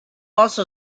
also